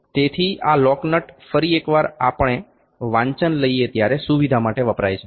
તેથી આ lock nut ફરી એકવાર આપણે વાંચન લઈએ ત્યારે સુવિધા માટે વપરાય છે